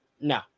No